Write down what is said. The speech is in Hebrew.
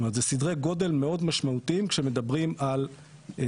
זה סדרי גודל מאוד משמעותיים כשמדברים על מחיר